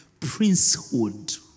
princehood